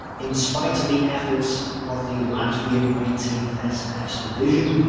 in spite of the efforts of the latvian nineteenth ss division,